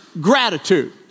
gratitude